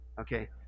Okay